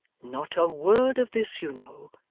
not a word of this, you know,